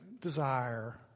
desire